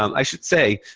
um i should say,